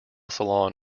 saloon